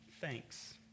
thanks